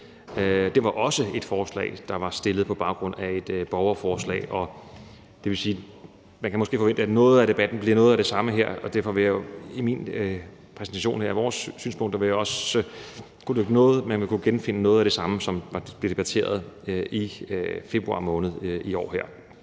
Det var også et forslag, der var fremsat på baggrund af et borgerforslag, og man kan måske forvente, at noget af debatten bliver noget af det samme her, og derfor vil man i min præsentation her af vores synspunkter kunne genfinde noget af det samme, som blev debatteret i februar måned i år.